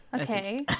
Okay